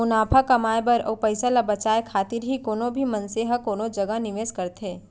मुनाफा कमाए बर अउ पइसा ल बचाए खातिर ही कोनो भी मनसे ह कोनो जगा निवेस करथे